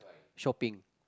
shopping